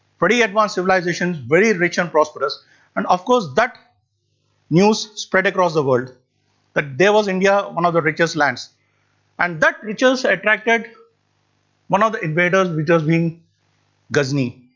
pretty advanced civilizations, very rich and prosperous and of course that news spread across the world that, but there was india, one of the richest lands and that richness attracted one of the invaders, which has been ghazni.